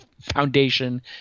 foundation